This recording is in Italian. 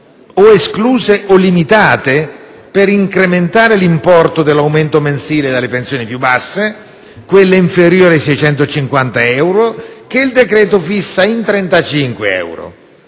o escluse o limitate, per incrementare l'importo dell'aumento mensile delle pensioni più basse, quelle inferiori ai 650 euro, che il decreto fissa in 35 euro.